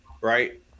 right